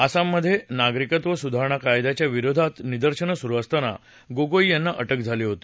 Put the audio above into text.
आसाममधे नागरिकत्व सुधारणा कायद्याच्या विरोधात निदर्शन सुरु असताना गोगोई यांना अटक झाली होती